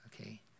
okay